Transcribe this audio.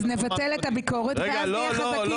אז נבטל את הביקורת ואז נהיה חזקים.